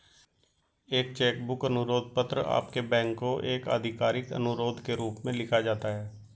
एक cheque book अनुरोध पत्र आपके बैंक को एक आधिकारिक अनुरोध के रूप में लिखा जाता है